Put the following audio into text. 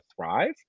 thrive